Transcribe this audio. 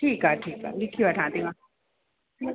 ठीकु आहे ठीकु आहे लिखी वठां थी मां